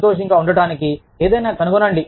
సంతోషంగా ఉండటానికి ఏదైనా కనుగొనండి